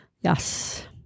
Yes